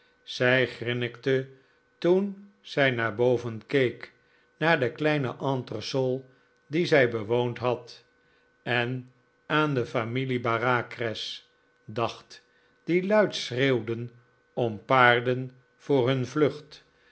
zij grinnikte toen zij naar boven keek naar den kleinen entresol dien zij bewoond had en aan de familie bareacres dacht die luid schreeuwden om paarden voor hun vlucht